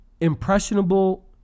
impressionable